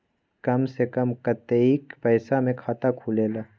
कम से कम कतेइक पैसा में खाता खुलेला?